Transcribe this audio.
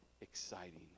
exciting